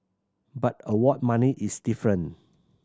but award money is different